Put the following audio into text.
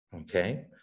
okay